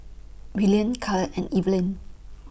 Willian Kael and Evalyn